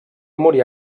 morir